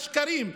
השקרים,